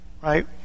right